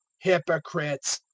hypocrites,